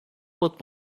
but